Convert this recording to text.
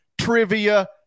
trivia